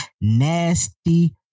nasty